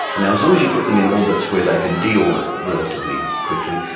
and as long as you put them in orbits where they can de-orbit relatively quickly,